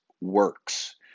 works